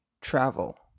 travel